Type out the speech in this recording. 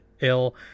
ill